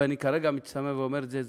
ואני כרגע מצטמרר ואומר את זה,